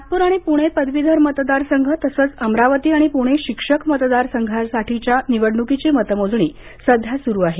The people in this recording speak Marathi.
नागपूर आणि पुणे पदवीधर मतदार संघ तसंच अमरावती आणि पुणे शिक्षक मतदार संघांसाठीच्या निवडणुकीची मतमोजणी सध्या सुरू आहे